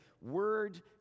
word